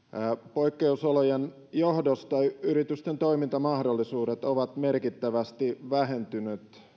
poikkeusolojen johdosta yritysten toimintamahdollisuudet ovat merkittävästi